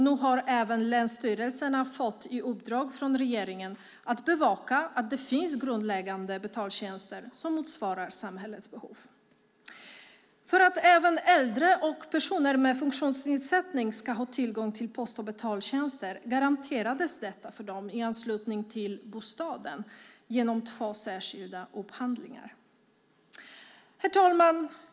Nu har även länsstyrelserna fått i uppdrag från regeringen att bevaka att det finns grundläggande betaltjänster som motsvarar samhällets behov. För att även äldre och personer med funktionsnedsättning ska ha tillgång till post och betaltjänster garanteras detta för dem i anslutning till bostaden genom två särskilda upphandlingar. Herr talman!